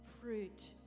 fruit